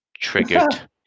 triggered